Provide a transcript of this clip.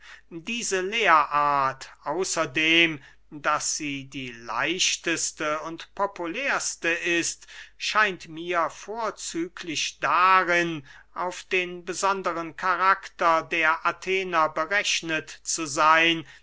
diese lehrart außer dem daß sie die leichteste und populärste ist scheint mir vorzüglich darin auf den besondern karakter der athener berechnet zu seyn